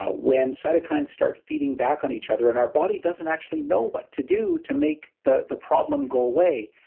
ah when cytokines start feeding back on each other and our body doesn't actually know what to do to make the the problem go away,